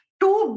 two